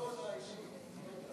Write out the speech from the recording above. לא הודעה אישית.